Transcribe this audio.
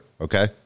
okay